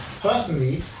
Personally